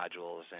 modules